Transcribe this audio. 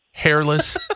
Hairless